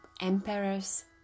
Emperor's